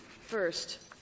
First